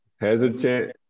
hesitant